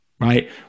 Right